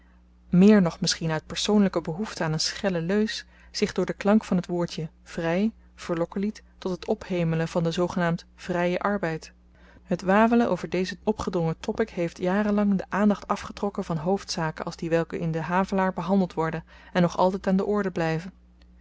volbloed bataviaan meer nog misschien uit persoonlyke behoefte aan n schelle leus zich door den klank van t woordje vry verlokken liet tot het ophemelen van den zoogenaamd vryen arbeid het wawelen over deze opgedrongen topic heeft jaren lang de aandacht afgetrokken van hoofdzaken als die welke in den havelaar behandeld worden en nog altyd aan de orde blyven